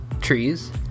trees